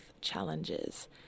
challenges